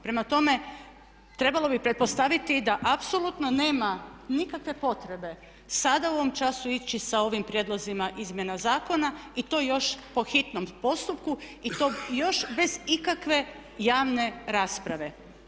Prema tome, trebalo bi pretpostaviti da apsolutno nema nikakve potrebe sada u ovom času ići sa ovim prijedlozima izmjena zakona i to još po hitnom postupku i to još bez ikakve javne rasprave.